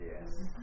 Yes